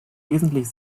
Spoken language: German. wesentlich